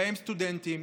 ובהם סטודנטים,